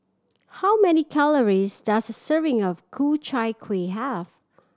how many calories does a serving of Ku Chai Kueh have